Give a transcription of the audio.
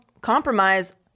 compromise